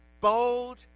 Bold